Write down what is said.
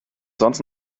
sonst